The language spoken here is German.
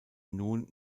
nun